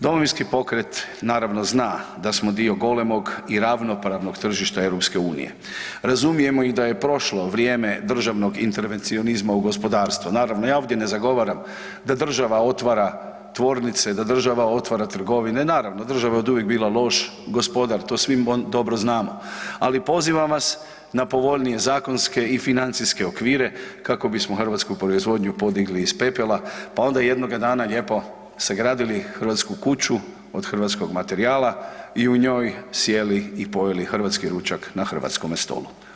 Domovinski pokret naravno zna da smo dio golemog i ravnopravnog tržišta Europske unije, razumijemo i da je prošlo vrijeme državnog intervencionizma u gospodarstvo, naravno ja ovdje ne zagovaram da država otvara tvornice, da država otvara trgovine, naravno država je oduvijek bila loš gospodar, to svi dobro znamo, ali pozivam vas na povoljnije zakonske i financijske okvire kako bismo hrvatsku proizvodnju podigli iz pepela, pa onda jednoga dana lijepo sagradili hrvatsku kuću od hrvatskog materijala i u njoj sjeli i pojeli hrvatski ručak na hrvatskome stolu.